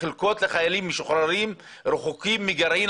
החלקות לחיילים משוחררים רחוקות מגרעין